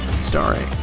starring